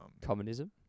communism